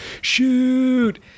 shoot